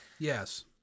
Yes